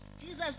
Jesus